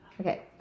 Okay